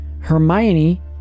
hermione